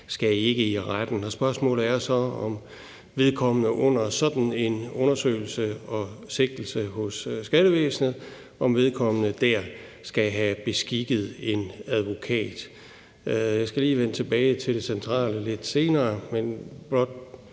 skal i retten. Spørgsmålet er så, om vedkommende under sådan en undersøgelse og sigtelse hos skattevæsenet skal have beskikket en advokat. Jeg vil lige vende tilbage til det centrale lidt senere og blot